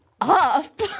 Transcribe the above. up